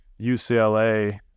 ucla